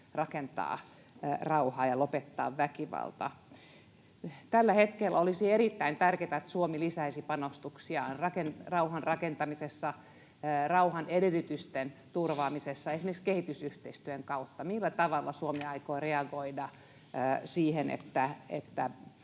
rakentaa rauhaa ja lopettaa väkivallan. Tällä hetkellä olisi erittäin tärkeätä, että Suomi lisäisi panostuksiaan rauhanrakentamisessa ja rauhan edellytysten turvaamisessa esimerkiksi kehitysyhteistyön kautta. Millä tavalla Suomi aikoo reagoida siihen, että